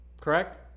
correct